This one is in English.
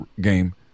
game